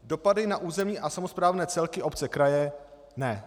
Dopady na územní a samosprávné celky, obce, kraje ne.